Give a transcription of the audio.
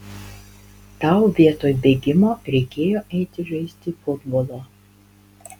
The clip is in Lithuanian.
tau vietoj bėgimo reikėjo eiti žaisti futbolo